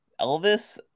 elvis